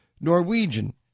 Norwegian